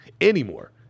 anymore